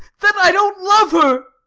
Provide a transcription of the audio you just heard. that i don't love her!